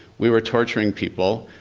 we were torturing people,